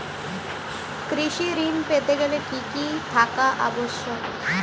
কৃষি ঋণ পেতে গেলে কি কি থাকা আবশ্যক?